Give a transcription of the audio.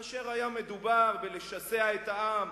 כאשר היה מדובר בלשסע את העם,